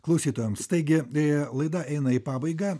klausytojams taigi laida eina į pabaigą